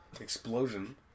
Explosion